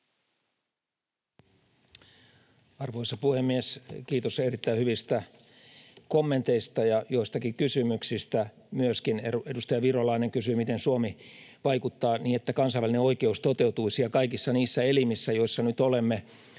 Arvoisa puhemies! Kiitos erittäin hyvistä kommenteista ja joistakin kysymyksistä myöskin. — Edustaja Virolainen kysyi, miten Suomi vaikuttaa niin, että kansainvälinen oikeus toteutuisi: Kaikissa niissä elimissä, joissa nyt olemme,